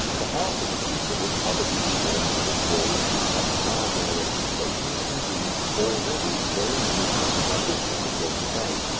the house of the future will probably be warmed in its walls from some power-generating station, as, indeed, already very many houses are lit at the present day.